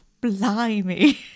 blimey